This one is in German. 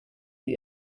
für